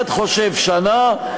אחד חושב שנה,